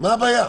מה הבעיה?